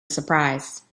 surprise